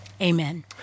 Amen